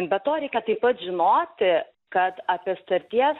be to reikia taip pat žinoti kad apie sutarties